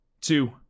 two